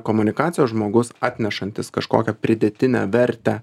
komunikacijos žmogus atnešantis kažkokią pridėtinę vertę